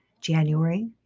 January